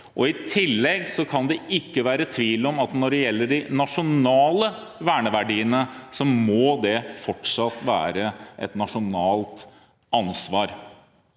dag. I tillegg kan det ikke være tvil om at når det gjelder de nasjonale verneverdiene, må det fortsatt være et nasjonalt ansvar.